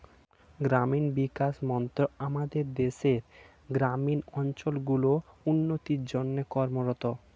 গ্রামীণ বিকাশ মন্ত্রক আমাদের দেশের গ্রামীণ অঞ্চলগুলির উন্নতির জন্যে কর্মরত